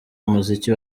umuziki